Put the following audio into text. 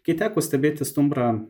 kai teko stebėti stumbrą